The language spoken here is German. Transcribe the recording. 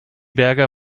berger